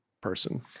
person